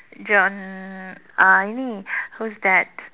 John uh ini who's that